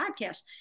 podcast